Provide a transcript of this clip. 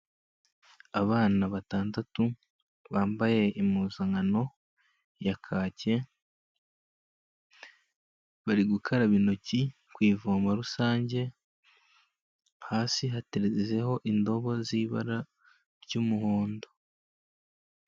Abana batandatu bambaye impuzankano ya kake, bari gukaraba intoki ku ivomo rusange, hasi hatezeho indobo z'ibara ry'umuhondo.